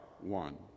one